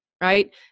right